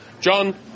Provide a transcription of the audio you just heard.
john